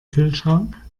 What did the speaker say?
kühlschrank